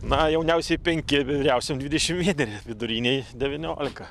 na jauniausiai penkeri vyriausiam dvidešim vieneri vidurinei devyniolika